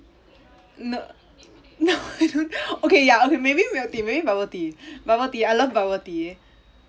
no no I don't okay ya okay maybe milk tea maybe bubble tea bubble tea I love bubble tea